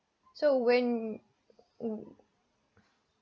so when mm